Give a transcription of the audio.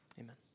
Amen